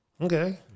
Okay